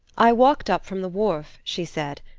i walked up from the wharf, she said,